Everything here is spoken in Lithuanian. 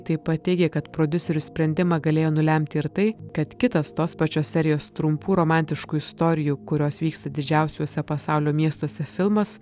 taip pat teigė kad prodiuserių sprendimą galėjo nulemti ir tai kad kitas tos pačios serijos trumpų romantiškų istorijų kurios vyksta didžiausiuose pasaulio miestuose filmas